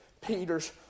Peter's